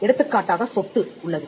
எடுத்துக்காட்டாக சொத்து உள்ளது